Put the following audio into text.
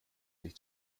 sich